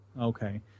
Okay